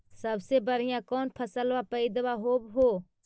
सबसे बढ़िया कौन फसलबा पइदबा होब हो?